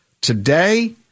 Today